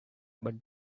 but